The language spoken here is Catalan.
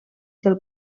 del